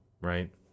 right